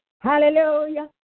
hallelujah